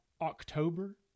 October